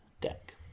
deck